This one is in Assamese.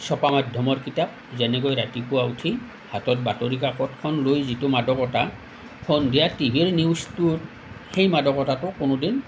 ছপা মাধ্যমৰ কিতাপ যেনেকৈ ৰাতিপুৱা উঠি হাতত বাতৰি কাকতখন লৈ যিটো মাদকতা সন্ধিয়া টিভিৰ নিউজটোত সেই মাদকতাটো কোনো দিন